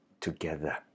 together